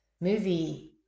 movie